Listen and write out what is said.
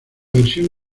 versión